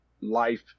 life